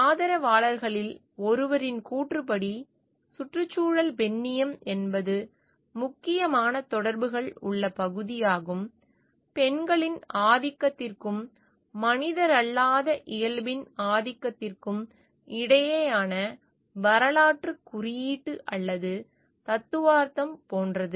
ஆதரவாளர்களில் ஒருவரின் கூற்றுப்படி சுற்றுச்சூழல் பெண்ணியம் என்பது முக்கியமான தொடர்புகள் உள்ள பகுதியாகும் பெண்களின் ஆதிக்கத்திற்கும் மனிதரல்லாத இயல்பின் ஆதிக்கத்திற்கும் இடையிலான வரலாற்று குறியீட்டு அல்லது தத்துவார்த்தம் போன்றது